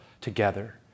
together